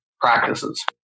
practices